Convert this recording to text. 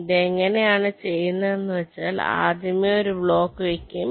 ഇതെങ്ങനെ ആണ് ചെയ്യുന്നത് എന്ന് വച്ചാൽ ആദ്യമേ ഒരു ബ്ലോക്ക് വെക്കും